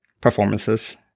performances